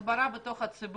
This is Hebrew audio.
צריך הסברה בציבור.